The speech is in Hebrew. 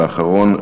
ואחרון,